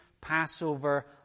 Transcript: Passover